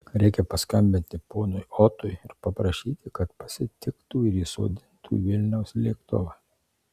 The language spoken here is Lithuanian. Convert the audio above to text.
reikia paskambinti ponui otui ir paprašyti kad pasitiktų ir įsodintų į vilniaus lėktuvą